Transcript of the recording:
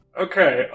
Okay